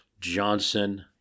Johnson